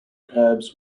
cabs